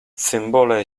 symbole